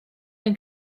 ein